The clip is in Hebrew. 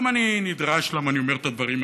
למה אני נדרש, למה אני אומר את הדברים האלה?